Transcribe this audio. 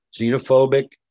xenophobic